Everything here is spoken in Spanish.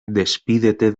despídete